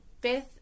fifth